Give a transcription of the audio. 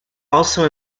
also